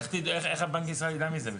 איך בנק ישראל ידע מזה בכלל?